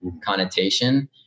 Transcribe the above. connotation